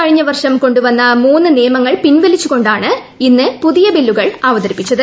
കഴിഞ്ഞവർഷം കൊണ്ടുവന്ന മൂന്ന് നിയമങ്ങൾ പിൻവലിച്ചു കൊണ്ടാണ് ഇന്ന് പുതിയ ബില്ലുകൾ അവതരിപ്പിച്ചത്